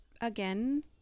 again